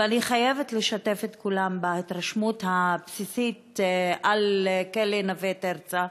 ואני חייבת לשתף את כולם בהתרשמות הבסיסית על כלא "נווה תרצה":